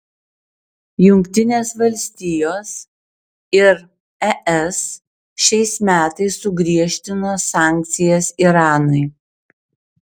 jungtinės valstijos ir es šiais metais sugriežtino sankcijas iranui